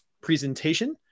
presentation